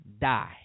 die